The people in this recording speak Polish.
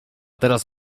teraz